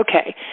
okay